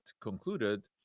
concluded